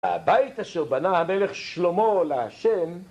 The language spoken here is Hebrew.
הביתה אשר בנה המלך שלמה להשם